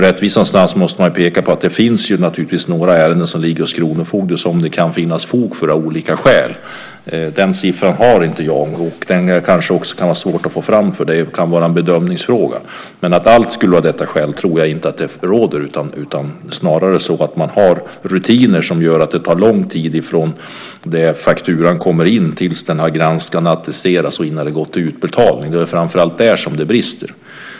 I rättvisans namn måste man peka på att det finns några ärenden som ligger hos kronofogden av olika skäl som det ibland kan finnas fog för. Den siffran har inte jag, och den kanske också kan vara svår att få fram. Det kan vara en bedömningsfråga. Men att allt skulle vara av det här skälet tror jag inte. Snarare beror det på att man har rutiner som gör att det tar lång tid från det att fakturan kommer in till dess att den har granskats och attesterats och innan den har gått till utbetalning. Det är framför allt där som det brister.